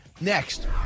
Next